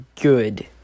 good